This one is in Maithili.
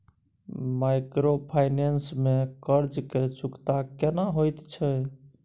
माइक्रोफाइनेंस में कर्ज के चुकता केना होयत छै?